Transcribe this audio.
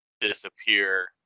disappear